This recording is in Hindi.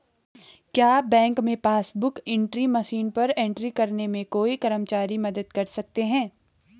क्या बैंक में पासबुक बुक एंट्री मशीन पर एंट्री करने में कोई कर्मचारी मदद कर सकते हैं?